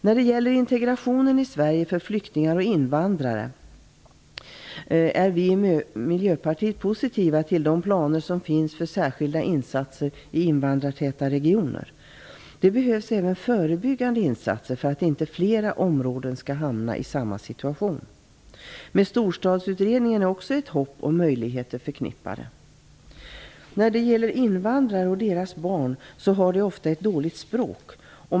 När det gäller integrationen i Sverige för flyktingar och invandrare är vi i Miljöpartiet positiva till de planer som finns för särskilda insatser i invandrartäta regioner. Det behövs även förebyggande insatser för att inte fler områden skall hamna i samma situation. Med Storstadsutredningen är också ett hopp och möjligheter förknippade. Invandrare och deras barn har ofta ett dåligt språk.